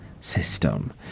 system